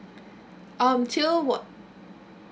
until what